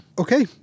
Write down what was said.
Okay